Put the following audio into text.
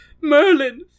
Merlin